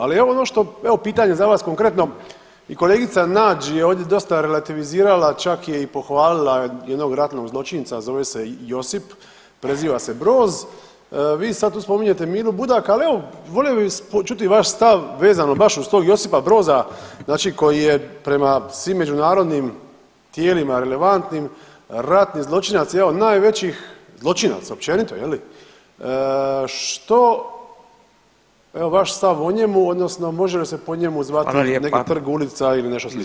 Ali evo ono što evo pitanje za vas konkretno i kolegica Nađ je ovdje dosta revitalizirala čak je i pohvalila jednog ratnog zločinca, a zove se Josip, preziva se Broz, vi tu sada spominjete Milu Budaka, ali evo volio bih čuti vaš stav vezano baš uz tog Josipa Broza znači koji je prema svim međunarodnim tijelima relevantnim ratni zločinac jedan od najvećih zločinaca općenito je li, što evo vaš stav o njemu odnosno može li se po njemu zvati [[Upadica Radin: Hvala lijepa.]] neki trg, ulica ili nešto slično?